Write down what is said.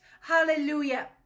hallelujah